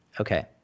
Okay